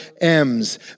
M's